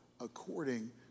according